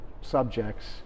subjects